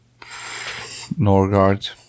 Norgard